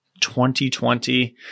2020